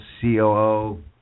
COO